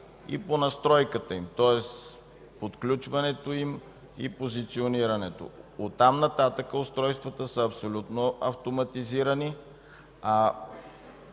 и по настройката им, тоест отключването им и позиционирането. От там нататък устройствата са абсолютно автоматизирани.